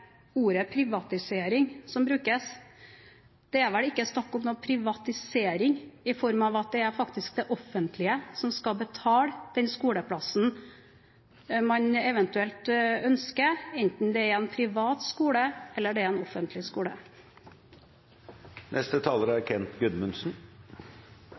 ordet «privatisering», som brukes. Det er ikke snakk om noen privatisering, da det faktisk er det offentlige som skal betale den skoleplassen man eventuelt ønsker, enten det er en privat skole eller en offentlig